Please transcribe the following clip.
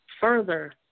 further